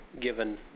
given